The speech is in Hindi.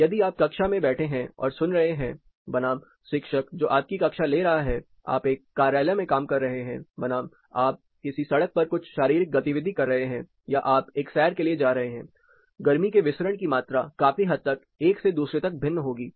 यदि आप कक्षा में बैठे हैं और सुन रहे हैं बनाम शिक्षक जो आपकी कक्षा ले रहा है आप एक कार्यालय में काम कर रहे हैं बनाम आप किसी सड़क पर कुछ शारीरिक गतिविधि कर रहे हैं या आप एक सैर के लिए जा रहे हैं गर्मी के विसरण की मात्रा काफी हद तक एक से दूसरे तक भिन्न होती है